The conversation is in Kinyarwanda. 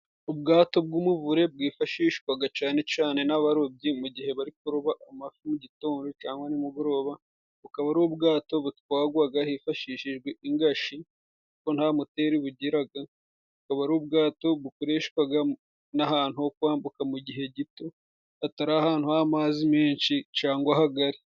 Ubwato bw'umuvure bwifashishwaga cane cane n'abarobyi mu gihe bari kuroba amafi mu gitondo cangwa nimugoroba, bukaba ari ubwato butwagwaga hifashishijwe ingashi kuko nta moteri bugiraga ,akaba ari ubwato bukoreshwaga n'ahantu ho kwambuka mu gihe gito hatari ahantu h'amazi menshi cangwa hagari.